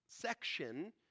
section